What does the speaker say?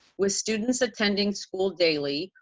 with students attending school daily,